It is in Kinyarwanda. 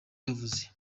yavuze